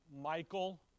Michael